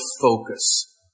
focus